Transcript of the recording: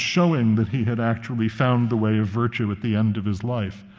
showing that he had actually found the way of virtue at the end of his life.